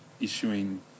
Issuing